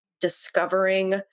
discovering